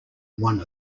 one